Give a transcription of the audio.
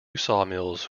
sawmills